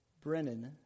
Brennan